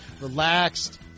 relaxed